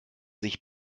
sich